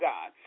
God